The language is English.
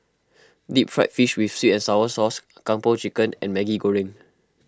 Deep Fried Fish with Sweet and Sour Sauce Kung Po Chicken and Maggi Goreng